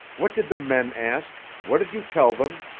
what did the men ask? what did you tell them?